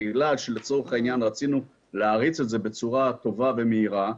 בעילה שלצורך העניין רצינו להריץ את זה בצורה טובה ומהירה,